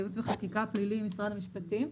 אני מייעוץ וחקיקה פלילי, משרד המשפטים.